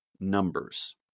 numbers